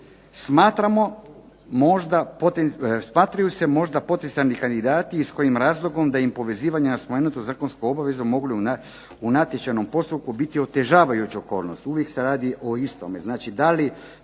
smatraju se možda poticajni kandidati i s kojim razlogom da im povezivanja na spomenutu zakonsku obavezu mogu u natječajnom postupku biti otežavajuća okolnost. Uvijek se radi o istome.